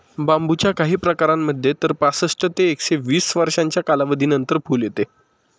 बांबूच्या काही प्रकारांमध्ये तर पासष्ट ते एकशे वीस वर्षांच्या कालावधीनंतर फुल येते